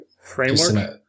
Framework